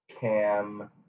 Cam